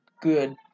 good